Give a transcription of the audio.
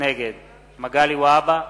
נגד מגלי והבה,